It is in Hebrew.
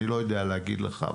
אני לא יודע להגיד לך.